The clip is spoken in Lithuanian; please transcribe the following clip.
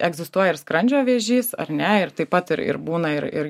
egzistuoja ir skrandžio vėžys ar ne ir taip pat ir ir būna ir ir